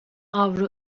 avro